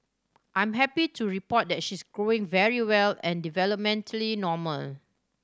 I'm happy to report that she's growing very well and developmentally normal